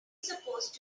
supposed